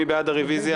מי בעד הרוויזיה?